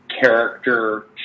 character